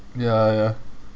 ya ya